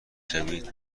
شود